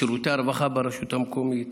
שירותי הרווחה ברשות המקומית,